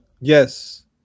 Yes